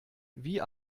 wie